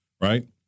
right